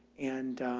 and,